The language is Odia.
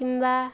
କିମ୍ବା